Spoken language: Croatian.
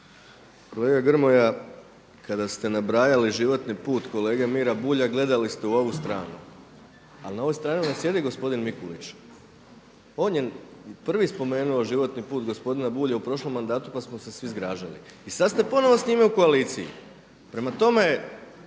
Kolega Grmoja, kada ste nabrali životni put kolege Mire Bulja gledali ste u ovu stranu, ali na ovoj strani ne sjedi gospodin Mikulić. On je prvi spomenuo životni put gospodina Bulja u prošlom mandatu pa smo se svi zgražali. I sada ste ponovno s njima u koaliciji. Prema tome,